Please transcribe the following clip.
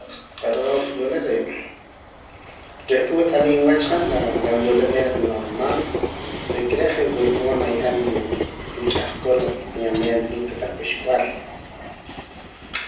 Aroos wila re' re'aka wat'aliim wach han la la wila meer normal re'aka re' je' wula mood naye'em ruu' ruu' ch'ahqon acompañamiento ruu' kotaq k'uxb'al